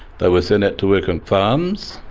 they were sent out to work on farms,